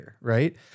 right